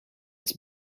its